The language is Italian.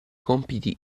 compiti